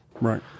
Right